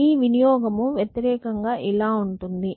ఈ వినియోగము వ్యతిరేకంగా ఇలా ఉంటుంది